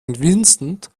vincent